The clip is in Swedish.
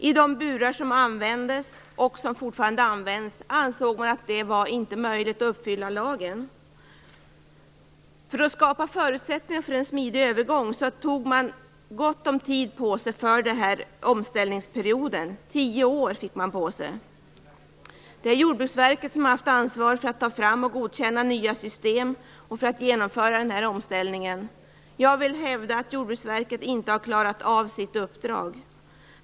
Med de burar som användes, och som fortfarande används, ansåg man att det inte var möjligt att följa lagen. För att skapa förutsättningar för en smidig övergång tog man gott om tid på sig för omställningsperioden. Tio år fick man på sig. Det är Jordbruksverket som har haft ansvar för att ta fram och godkänna nya system och för att genomföra omställningen. Jag vill hävda att Jordbruksverket inte har klarat av sitt uppdrag.